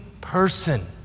person